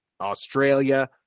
australia